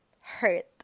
hurt